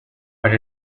but